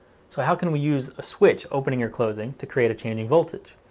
so how can we use a switch opening or closing to create a changing voltage?